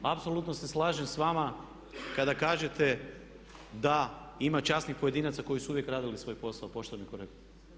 Apsolutno se slažem s vama kada kažete da ima časnih pojedinaca koji su uvijek radili svoj posao pošteno i korektno.